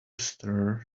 stir